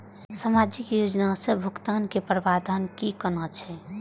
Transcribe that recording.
सामाजिक योजना से भुगतान के प्रावधान की कोना छै?